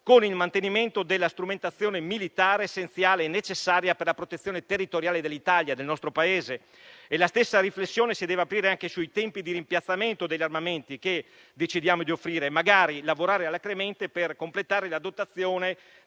con il mantenimento della strumentazione militare essenziale necessaria per la protezione territoriale del nostro Paese. La stessa riflessione si deve aprire anche sui tempi di rimpiazzamento degli armamenti che decidiamo di offrire: magari lavorare alacremente per completare la dotazione